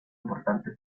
importante